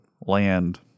land